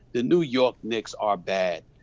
the new york knicks are bad,